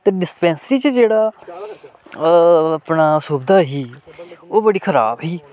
ते डिस्पैंसरी च जेह्ड़ा अपना सुबधा ही ओह् बड़ी खराब ही